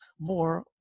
more